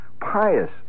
pious